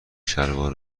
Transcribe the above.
شلوار